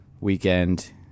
weekend